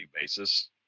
basis